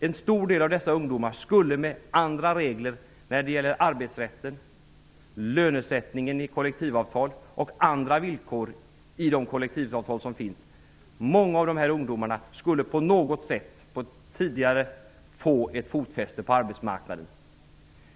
En stor del av dessa ungdomar skulle med andra regler för arbetsrätten, lönesättningen i kollektivavtal och andra villkor i de kollektivavtal som finns få fotfäste tidigare på arbetsmarknaden.